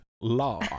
Law